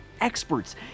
experts